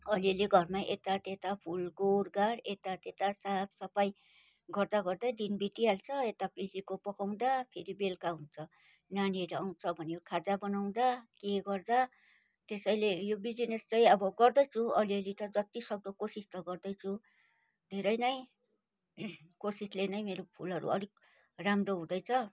अहिले घरमा यता त्यता फुल गोडगाड यता त्यता साफसफाई गर्दा गर्दै दिन बितिहाल्छ यता पिजीको पकाउँदा फेरि बेलुका हुन्छ नानीहरू आउँछ भन्यो खाजा बनाउँदा के गर्दा त्यसैले यो बिजिनेस चाहिँ अब गर्दैछु अलिअलि त जति सक्दो कोसिस त गर्दैछु धेरै नै कोसिसले नै मेरो फुलहरू अलिक राम्रो हुँदैछ